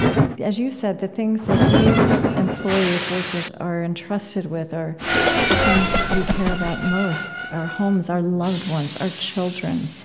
as you said, the things that these employees, workers, are entrusted with are the things we care about most our homes, our loved ones, our children.